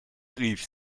rief